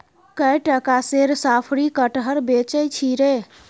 कए टका सेर साफरी कटहर बेचय छी रे